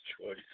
choice